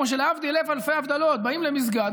כמו שלהבדיל אלף אלפי הבדלות באים למסגד,